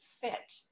fit